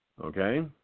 Okay